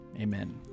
Amen